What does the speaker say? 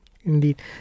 Indeed